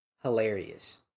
hilarious